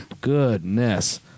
Goodness